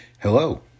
Hello